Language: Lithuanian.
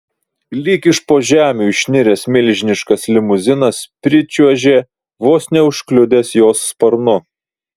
lyg iš po žemių išniręs milžiniškas limuzinas pričiuožė vos neužkliudęs jo sparnu